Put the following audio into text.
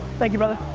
thank you, brother.